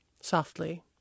softly